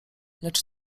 lecz